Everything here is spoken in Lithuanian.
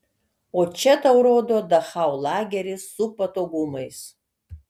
o čia tau rodo dachau lagerį su patogumais